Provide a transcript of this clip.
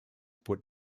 put